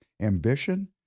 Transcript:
ambition